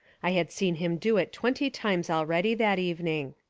i had seen him do it twenty times already that evening.